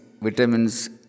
vitamins